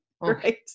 right